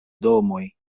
domoj